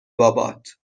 بابات